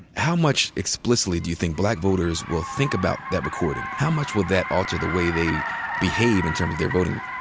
how much explicitly do you think black voters will think about that recording? how much will that alter the way they behave in terms of their voting?